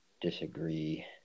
disagree